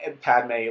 Padme